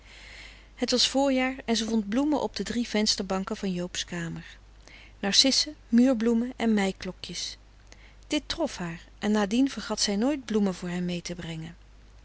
het was voorjaar en ze vond bloemen op de drie vensterbanken van joob's kamer narcissen muurbloemen en mei klokjes dit trof haar en na dien vergat zij nooit bloemen voor hem mee te brengen